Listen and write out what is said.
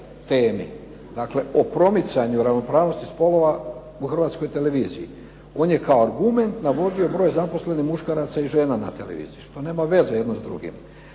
o promicanju ravnopravnosti spolova na Hrvatskoj televiziji. On je kao argument navodio broj zaposlenih muškaraca i žena na Hrvatskoj radio televiziji, što nema veze jedno s drugim.